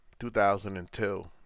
2002